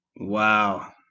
wow